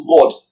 God